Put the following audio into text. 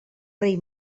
rei